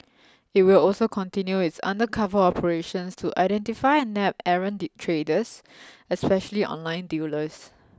it will also continue its undercover operations to identify and nab errant traders especially online dealers